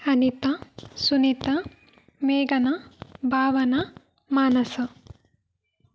ಅನಿತಾ ಸುನಿತಾ ಮೇಘನಾ ಭಾವನಾ ಮಾನಸಾ